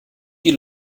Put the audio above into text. die